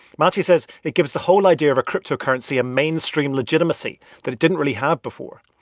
mati says it gives the whole idea of a cryptocurrency a mainstream legitimacy that it didn't really have before,